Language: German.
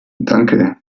danke